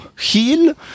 heal